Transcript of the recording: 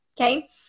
Okay